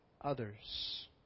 others